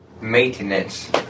maintenance